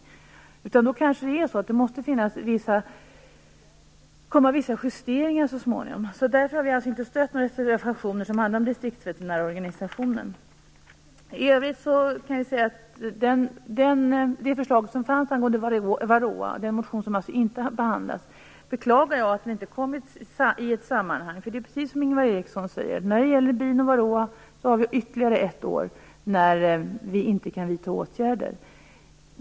Det kanske måste komma vissa justeringar så småningom. Därför har vi inte stött några reservationer som handlar om distriktsveterinärorganisationen. I övrigt kan jag säga att jag beklagar att det förslag som fanns angående varroa - alltså den motion som inte har behandlats - inte kom upp i detta sammanhang. Det är precis som Ingvar Eriksson säger: när det gäller bin och varroa har vi ytterligare ett år när vi inte kan vidta åtgärder.